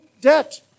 debt